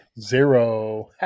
zero